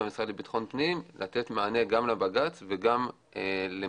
המשרד לביטחון הפנים כדי לתת מענה גם לבג"ץ וגם למצב